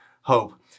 hope